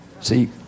see